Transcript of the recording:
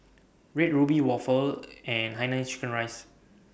Red Ruby Waffle and Hainanese Chicken Rice